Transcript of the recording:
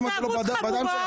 למה זה לא בוער בדם שלך?